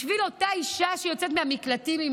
בשביל אותה אישה שיוצאת מהמקלטים עם